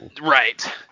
Right